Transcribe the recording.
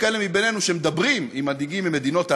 יש כאלה בינינו שמדברים עם מנהיגים ממדינות ערב,